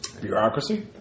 Bureaucracy